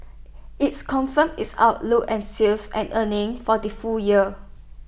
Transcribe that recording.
it's confirmed its outlook and sales and earnings for the full year